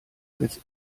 als